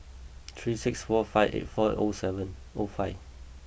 three six four five eight four O seven O five